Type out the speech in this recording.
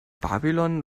babylon